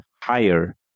higher